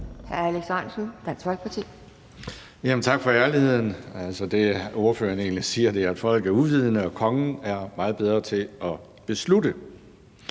tak for ærligheden. Altså, det, ordføreren egentlig siger, er, at folk er uvidende, og at kongen er meget bedre til at træffe